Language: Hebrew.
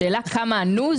השאלה כמה ענו.